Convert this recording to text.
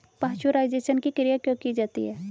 Pasteurisation की क्रिया क्यों की जाती है?